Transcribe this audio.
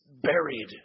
buried